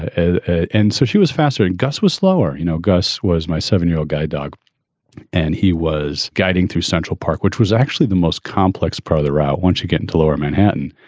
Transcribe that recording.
ah ah and so she was faster and gus was slower. you know, gus was my seven year old guide dog and he was guiding through central park, which was actually the most complex part of the route. once you get into lower manhattan,